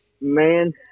man